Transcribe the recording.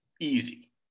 Easy